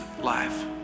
life